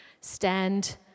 stand